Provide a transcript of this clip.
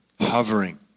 hovering